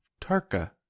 Tarka